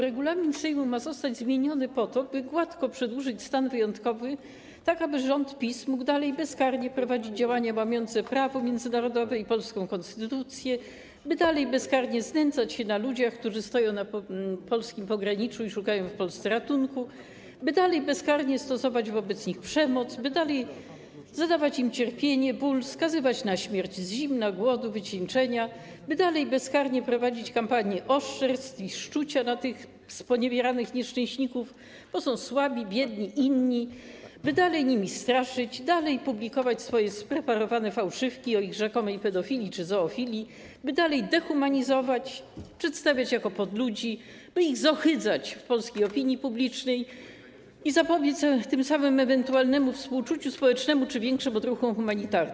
Regulamin Sejmu ma zostać zmieniony po to, by gładko przedłużyć stan wyjątkowy, tak aby rząd PiS mógł dalej bezkarnie prowadzić działania łamiące prawo międzynarodowe i polską konstytucję, by dalej bezkarnie znęcać się nad ludźmi, którzy stoją na polskim pograniczu i szukają w Polsce ratunku, by dalej bezkarnie stosować wobec nich przemoc, by dalej zadawać im cierpienie, ból, skazywać na śmierć z zimna, głodu, wycieńczenia, by dalej bezkarnie prowadzić kampanie oszczerstw i szczucia na tych sponiewieranych nieszczęśników, bo są słabi, biedni, inni, by dalej nimi straszyć, dalej publikować swoje spreparowane fałszywki o ich rzekomej pedofilii, czy zoofilii, by dalej dehumanizować, przedstawiać jako podludzi, by ich zohydzać polskiej opinii publicznej i tym samym zapobiec ewentualnemu współczuciu społecznemu czy większym odruchom humanitarnym.